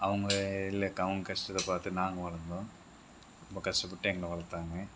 அவங்க இல்லை அவங்க கஷ்டத்தை பார்த்து நாங்கள் வளர்ந்தோம் ரொம்ப கஷ்டப்பட்டு எங்களை வளர்த்தாங்க